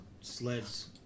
sleds